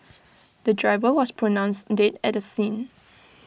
the driver was pronounced dead at the scene